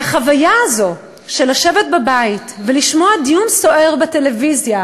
והחוויה הזו של לשבת בבית ולשמוע דיון סוער בטלוויזיה